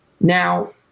Now